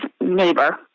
neighbor